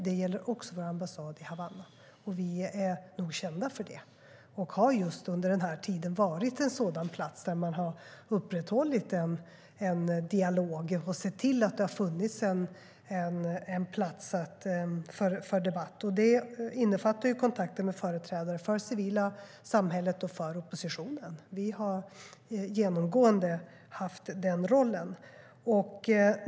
Det gäller också vår ambassad i Havanna. Vi är nog kända för det och har just under den här tiden upprätthållit dialog och sett till att det finns plats för debatt. Det innefattar kontakter med företrädare för det civila samhället och för oppositionen. Vi har genomgående haft den rollen.